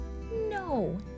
No